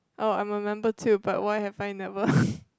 oh I'm a member too but why have I never